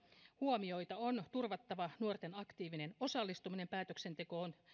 huomioita on turvattava nuorten aktiivinen osallistuminen päätöksentekoon